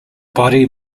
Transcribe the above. body